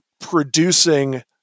producing